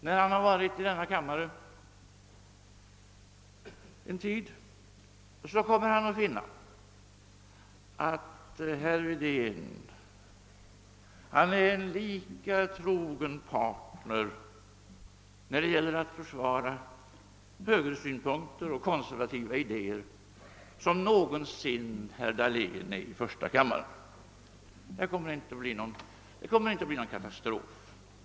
När han har varit i denna kammare en tid kommer han att finna att herr Wedén är en lika trogen partner då det gäller att försvara högersynpunkter och konservativa idéer som någonsin herr Dahlén är i första kammaren. Det kommer inte att bli någon katastrof i det fallet.